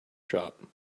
shop